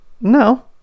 No